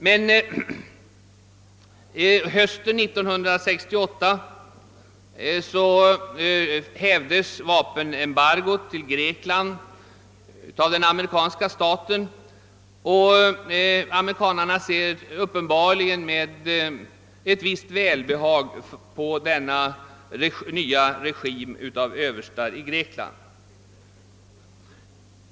Men hösten 1968 hävde den amerikanska staten sitt vapenembargo till Grekland. I USA ser man uppenbarligen med ett visst välbehag på Greklands nya regim av öÖöverstar.